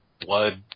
blood